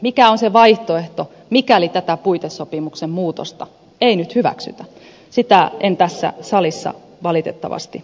mikä on se vaihtoehto mikäli tätä puitesopimuksen muutosta ei nyt hyväksytä sitä en tässä salissa valitettavasti kuullut